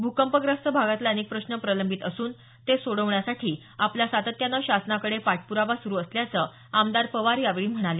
भुकंपग्रस्त भागातले अनेक प्रश्न प्रलंबित असून ते सोडवण्यासाठी आपला सातत्याने शासनाकडे पाठपुरावा सुरू असल्याचं आमदार पवार यावेळी म्हणले